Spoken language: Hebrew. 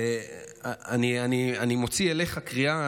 אני מוציא אליך קריאה,